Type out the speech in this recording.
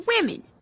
women